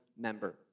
Member